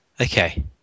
Okay